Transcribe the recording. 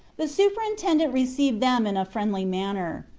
the superintendent received them in a friendly manner.